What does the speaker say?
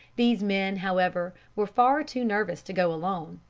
these men, however, were far too nervous to go alone,